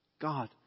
God